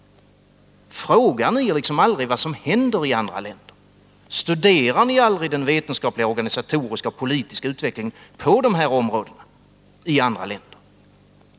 Frågar ni aldrig vad som händer i andra länder? Studerar ni aldrig den vetenskapliga, organisatoriska och politiska utvecklingen på dessa områden i andra länder?